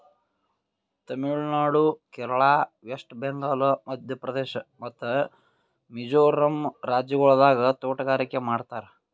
ತಮಿಳು ನಾಡು, ಕೇರಳ, ವೆಸ್ಟ್ ಬೆಂಗಾಲ್, ಮಧ್ಯ ಪ್ರದೇಶ್ ಮತ್ತ ಮಿಜೋರಂ ರಾಜ್ಯಗೊಳ್ದಾಗ್ ತೋಟಗಾರಿಕೆ ಮಾಡ್ತಾರ್